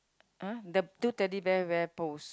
ah the two Teddy Bears wear bows